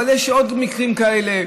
אבל יש עוד מקרים כאלה,